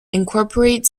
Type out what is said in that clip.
incorporate